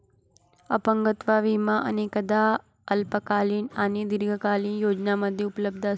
अपंगत्व विमा अनेकदा अल्पकालीन आणि दीर्घकालीन योजनांमध्ये उपलब्ध असतो